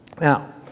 Now